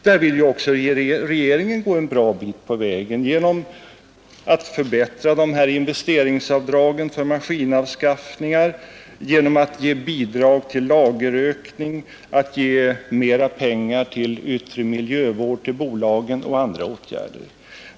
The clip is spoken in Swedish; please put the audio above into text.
Där vill också regeringen vara med genom att förbättra investeringsavdragen för maskinanskaffningar, genom att ge bidrag till lagerökning, genom att ge mera pengar för yttre miljövård till bolagen och andra åtgärder.